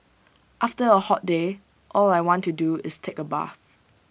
after A hot day all I want to do is take A bath